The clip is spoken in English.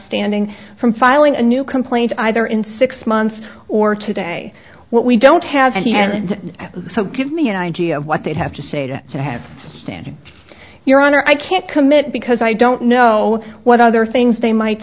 standing from filing a new complaint either in six months or today what we don't have any and so give me an idea of what they'd have to say to have standing your honor i can't commit because i don't know what other things they might